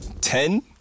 Ten